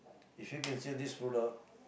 if you can sell this product